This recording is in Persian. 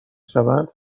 شوند